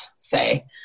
say